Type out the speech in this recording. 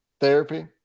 therapy